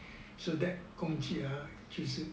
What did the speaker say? that 工具就是